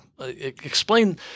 explain